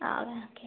okay